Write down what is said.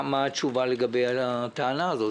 מה התשובה לגבי הטענה הזאת.